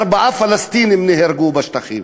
ארבעה פלסטינים נהרגו בשטחים.